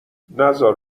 نزار